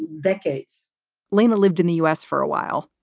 decades lena lived in the u s. for a while.